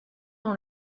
dans